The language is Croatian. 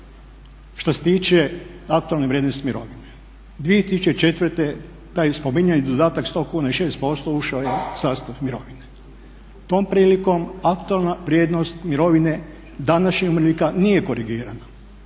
što se tiče aktualne vrijednosti mirovine. 2004. taj spominjani dodatak 100 kuna i 6% ušao je u sastav mirovine. Tom prilikom aktualna vrijednost mirovine današnjih umirovljenika nije korigirana,